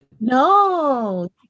No